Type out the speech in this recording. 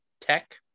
tech